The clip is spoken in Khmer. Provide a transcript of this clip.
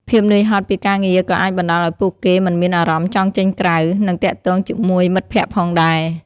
ភាពនឿយហត់ពីការងារក៏អាចបណ្ដាលឱ្យពួកគេមិនមានអារម្មណ៍ចង់ចេញក្រៅ នឹងទាក់ទងជាមួយមិត្តភក្តិផងដែរ ។